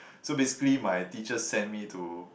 so basically my teacher sent me to